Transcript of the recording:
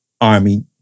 Army